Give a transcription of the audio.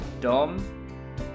Dom